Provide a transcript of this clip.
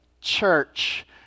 church